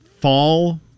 fall